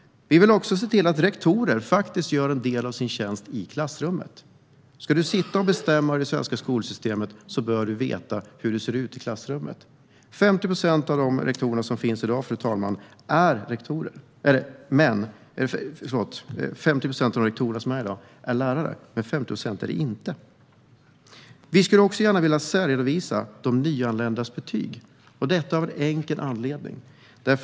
Vi vill också se till att rektorer gör en del av sin tjänst i klassrummet. Om man ska sitta och bestämma i det svenska skolsystemet bör man veta hur det ser ut i klassrummet. 50 procent av dagens rektorer är lärare, men 50 procent är det inte. Vi vill gärna att nyanlända elevers betyg ska särredovisas, av en enkel anledning.